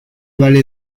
vale